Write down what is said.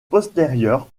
postérieures